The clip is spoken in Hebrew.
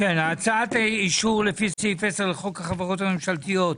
הצעת אישור לפי סעיף 10 לחוק החברות הממשלתיות,